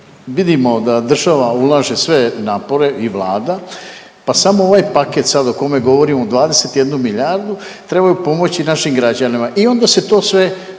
vidimo da država ulaže sve napore i vlada, pa samo ovaj paket sad o kome govorimo 21 milijardu trebaju pomoći našim građanima i onda se to sve